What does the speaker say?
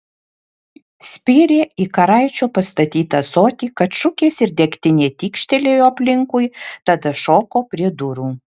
spyrė į karaičio pastatytą ąsotį kad šukės ir degtinė tykštelėjo aplinkui tada šoko prie durų